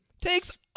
takes